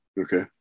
Okay